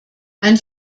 ein